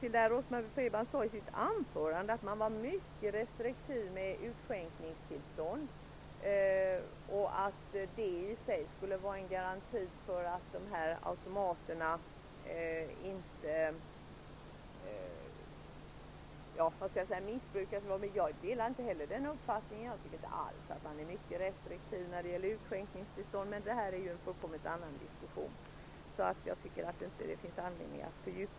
Rose-Marie Frebran sade i sitt anförande att man var mycket restriktiv med utskänkningstillstånd och att det i sig skulle vara en garanti för att dessa automater inte missbrukas. Jag delar inte heller den uppfattningen. Jag tycker inte alls att man är mycket restriktiv när det gäller utskänkningstillstånd. Detta är dock en helt annan diskussion som det inte finns någon anledning att fördjupa sig i. Rose-Marie Frebran frågade mig om någonting annat, men jag hann inte skriva upp det.